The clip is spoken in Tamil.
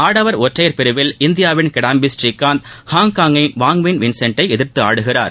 ஆடவா் ஒற்றையா் பிரிவில் இந்தியாவின் கிடாம்பி ஸ்ரீகாந்த் ஹாங்காங்கின் வாங்விங் கி வின்செட்டை எதிர்த்து ஆடுகிறார்